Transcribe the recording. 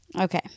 Okay